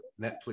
netflix